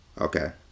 Okay